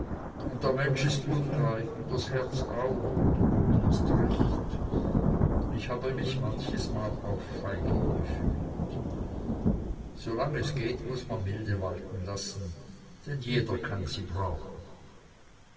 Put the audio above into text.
und der mensch ist ungleich und das herz auch und der mut erst recht ich habe mich manches mal auch feige gefühlt solange es geht muß man milde walten lassen denn jeder kann sie brauchen